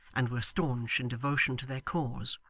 and were staunch in devotion to their cause.